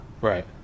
Right